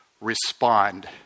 respond